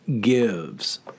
gives